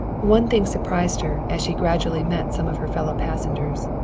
one thing surprised her as she gradually met some of her fellow passengers.